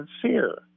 sincere